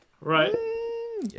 right